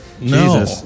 No